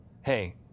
hey